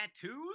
tattoos